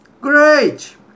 Great